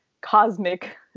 cosmic